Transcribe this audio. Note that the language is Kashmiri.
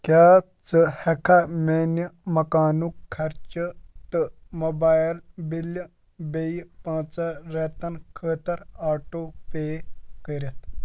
کیٛاہ ژٕ ہٮ۪کا میٛانہِ مکانُک خرچہٕ تہٕ موبایِل بِلہِ بیٚیہِ پانٛژَن رٮ۪تَن خٲطرٕ آٹو پے کٔرِتھ